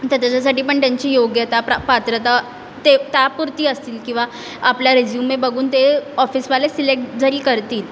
तर त्याच्यासाठी पण त्यांची योग्यता प्रा पात्रता ते त्यापुरती असतील किंवा आपल्या रेझ्युमे बघून ते ऑफिसवाले सिलेक्ट जरी करतील